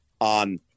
on